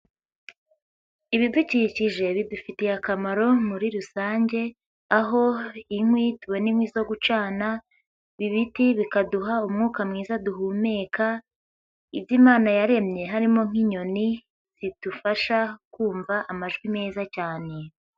Ibidukikije bidufitiye akamaro muri rusange aho inkwi, tubonakwi zo gucana, ibiti bikaduha umwuka mwiza duhumeka, ibyo Imana yaremye harimo nk'inyoni zidufasha kumva amajwi meza cyane.